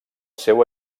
seu